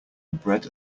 bread